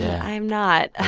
i'm not. ah